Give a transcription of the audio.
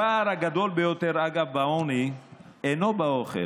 הפער הגדול ביותר בעוני אינו באוכל,